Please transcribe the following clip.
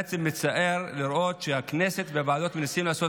ובעצם מצער לראות שהכנסת והוועדות מנסות לעשות